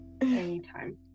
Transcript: Anytime